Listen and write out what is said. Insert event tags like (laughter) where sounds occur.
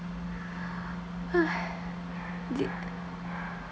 (laughs) !hais! did (noise)